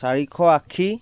চাৰিশ আশী